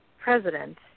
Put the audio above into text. president